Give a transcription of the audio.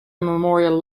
memorial